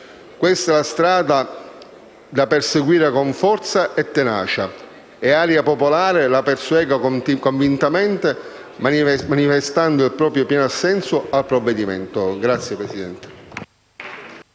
Questa è la strada da perseguire con forza e tenacia. Area Popolare la persegue convintamente, manifestando il proprio pieno assenso al provvedimento. *(Applausi